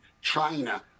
China